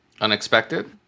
unexpected